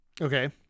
Okay